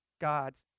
God's